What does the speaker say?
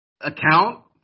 account